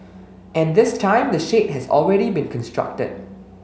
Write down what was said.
and this time the shade has already been constructed